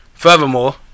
Furthermore